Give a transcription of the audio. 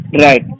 Right